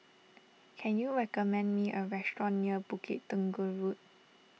can you recommend me a restaurant near Bukit Tunggal Road